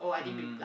mm